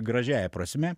gražiąja prasme